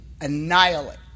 annihilate